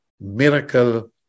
miracle